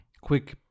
Quick